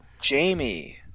Jamie